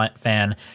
fan